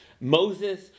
Moses